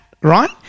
right